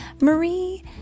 Marie